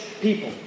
people